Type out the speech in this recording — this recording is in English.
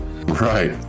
Right